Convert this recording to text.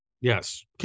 Yes